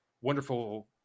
wonderful